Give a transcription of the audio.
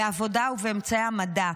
בעבודה ובאמצעי המדע.